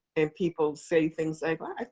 and people say things like, i'm